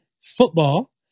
football